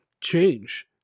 change